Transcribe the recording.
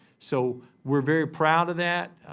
so, we're very proud of that.